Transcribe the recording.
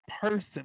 person